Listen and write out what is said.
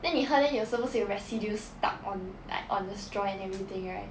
then 你喝 then 有时候有 residue stuck on like on a straw and everything right